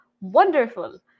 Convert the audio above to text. wonderful